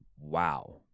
wow